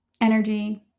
energy